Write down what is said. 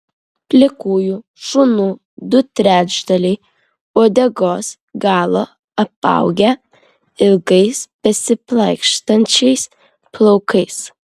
plikųjų šunų du trečdaliai uodegos galo apaugę ilgais besiplaikstančiais plaukais